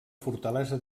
fortalesa